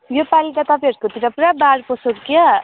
योपालि त तपाईँहरूकोतिर पुरा बाढ पस्यो क्या